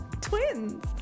Twins